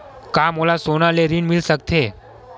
का मोला सोना ले ऋण मिल सकथे?